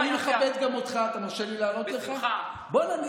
כי אני העברתי את זה לקריאה ראשונה בוועדה אצלי,